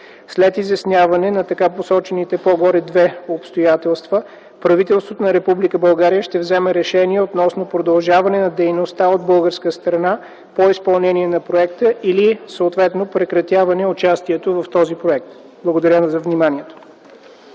След изясняване на така посочените по-горе две обстоятелства, правителството на Република България ще вземе решение относно продължаване на дейността от българска страна по изпълнение на проекта или съответно прекратяване участието в този проект. Благодаря ви за вниманието.